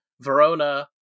Verona